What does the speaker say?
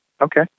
Okay